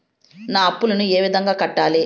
నా అప్పులను ఏ విధంగా కట్టాలి?